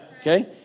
Okay